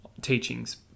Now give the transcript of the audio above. teachings